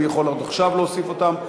אני יכול עוד עכשיו להוסיף אותם.